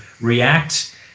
react